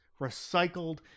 recycled